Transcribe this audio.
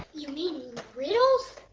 you mean riddles?